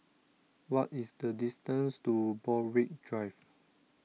what is the distance to Borthwick Drive